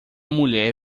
mulher